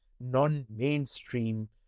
non-mainstream